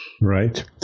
Right